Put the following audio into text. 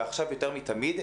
ועכשיו יותר מתמיד,